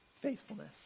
faithfulness